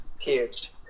Huge